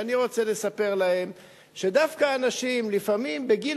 ואני רוצה לספר להם שדווקא אנשים בגיל